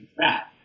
fat